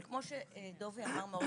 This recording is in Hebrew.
אבל כמו שדובי אמר,